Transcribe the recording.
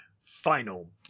Final